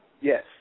Yes